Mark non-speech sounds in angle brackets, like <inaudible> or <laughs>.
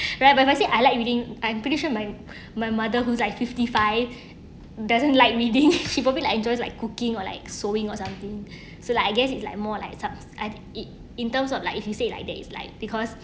right but my said I like reading I'm pretty sure my my mother who's like fifty five doesn't like reading <laughs> she probably like enjoy like cooking or like sewing or something so like I guess it's like more like subs at it in terms of like if you say like that is like because